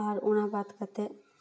ᱟᱨ ᱚᱱᱟ ᱵᱟᱫ ᱠᱟᱛᱮ